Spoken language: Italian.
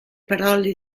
parole